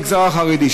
ואם המגזר החרדי,